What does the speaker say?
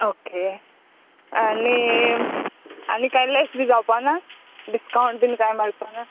okay आनी आनी कांय लेस बी जावपाना डिस्कावंट बी कांय मेळपाना